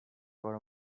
for